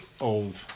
old